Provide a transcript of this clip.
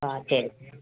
ஆ சரி சரி